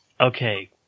okay